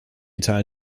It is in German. teil